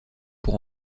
pour